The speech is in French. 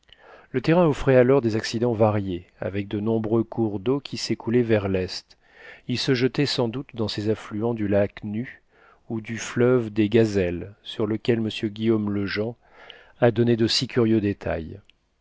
le terrain offrait alors des accidents variés avec de nombreux cours d'eau qui s'écoulaient vers l'est ils se jetaient sans doute dans ces affluents du lac nû ou du fleuve des gazelles sur lequel m guillaume lejean a donné de si curieux détails